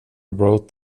wrote